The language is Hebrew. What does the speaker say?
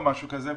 או משהו כזה,